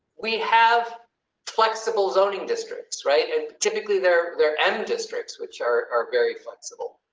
we have flexible zoning districts, right? and typically they're they're end districts, which are are very flexible.